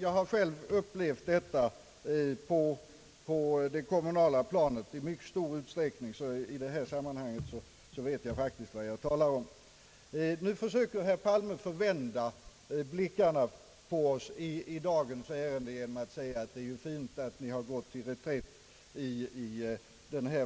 Jag har själv i mycket stor utsträckning upplevt detta på det lokala planet, så jag vet faktiskt vad jag talar om. Nu försöker statsrådet Palme förvända blickarna på oss i detta ärende genom att säga: Det är ju fint att ni har gått till reträtt i